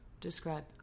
Describe